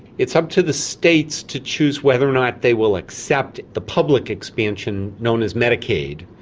it's up to the states to choose whether not they will accept the public expansion known as medicaid.